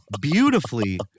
beautifully